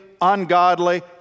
ungodly